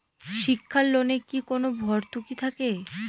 শিক্ষার লোনে কি কোনো ভরতুকি থাকে?